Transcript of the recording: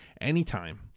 anytime